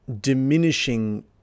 diminishing